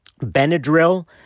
Benadryl